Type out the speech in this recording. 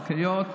כלכלית,